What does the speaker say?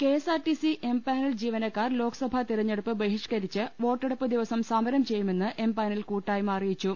K S R T C M panel ജീവനക്കാർ ലോക്സഭാ തെരഞ്ഞെടുപ്പ് ബഹിഷ്കരിച്ച് വോട്ടെടുപ്പ് ദിവസം സമരം ചെയ്യു മെന്ന് എം പാനൽ കൂട്ടായ്മ അറിയിച്ചു